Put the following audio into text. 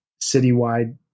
citywide